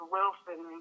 Wilson